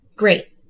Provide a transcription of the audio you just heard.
Great